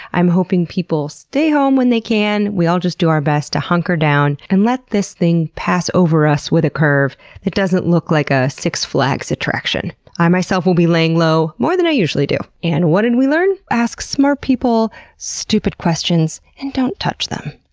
i'm hoping people stay home when they can, we all do our best to hunker down and let this thing pass over us with a curve that doesn't look like a six flags attraction i myself will be laying low more than i usually do. and what did we learn? ask smart people stupid questions and don't touch them,